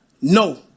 No